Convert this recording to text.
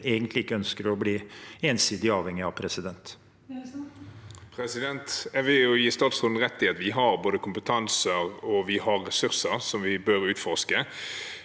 Jeg vil gi statsråden rett i at vi har både kompetanse og ressurser som vi bør utforske.